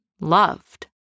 loved